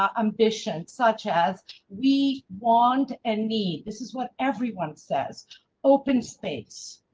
um ambition such as we want and need this is what everyone says open space.